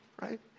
right